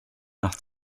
nach